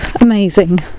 amazing